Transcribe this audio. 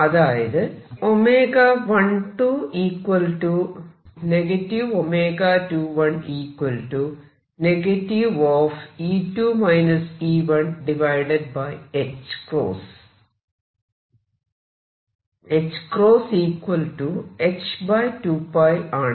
അതായത് ħ h2 ആണ്